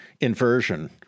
inversion